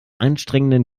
anstrengenden